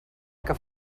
que